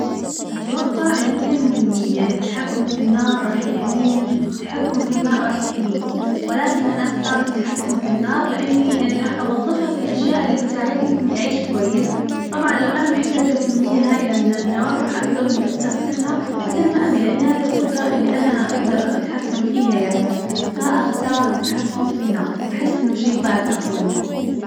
أتوقع الاثنين مهمين يعني التحكم في النار راح يحميني والتحكم في الماء راح يحميني، ولكن أنا أختار التحكم في النار لأني يعني راح أوظفها في الأشياء اللي تساعدني في إني أعيش كويس، طبعاً لو أنا محتاجة كمية هائلة من النار راح أقدر إني أستخدمها مثل ما أبي لأن هذي القدرة اللي أنا أقدر أتحكم فيها يعني، فأختار التحكم في النار أحس إنه شي بعد أفضل يعني.